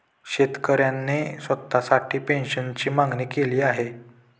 शेतकऱ्याने स्वतःसाठी पेन्शनची मागणी केली आहे